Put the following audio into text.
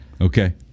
Okay